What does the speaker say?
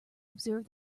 observe